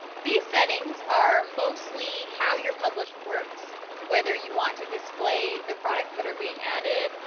these settings are mostly how your publish works whether you want to display the products that are being added,